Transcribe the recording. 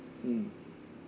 mm